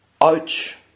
Ouch